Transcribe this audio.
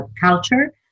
culture